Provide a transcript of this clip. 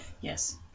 Yes